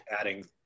adding